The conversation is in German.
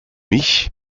mich